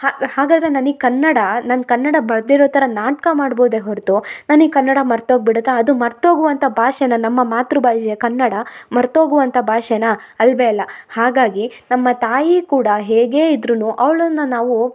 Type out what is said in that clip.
ಹಾ ಹಾಗಾದರೆ ನನಗೆ ಕನ್ನಡ ನನ್ಗ ಕನ್ನಡ ಬರ್ದಿರೋ ಥರ ನಾಟಕ ಮಾಡ್ಬೋದೆ ಹೊರತು ನನಗೆ ಕನ್ನಡ ಮರೆತು ಹೋಗ್ಬಿಡತ್ತೆ ಅದು ಮರೆತು ಹೋಗುವಂಥ ಭಾಷೆ ನನ್ನಮ್ಮ ಮಾತೃಬಾಷೆ ಕನ್ನಡ ಮರೆತು ಹೋಗುವಂಥ ಭಾಷೆನಾ ಅಲ್ವೆ ಅಲ್ಲ ಹಾಗಾಗಿ ನಮ್ಮ ತಾಯಿ ಕೂಡ ಹೇಗೇ ಇದ್ದರೂನು ಅವಳನ್ನ ನಾವು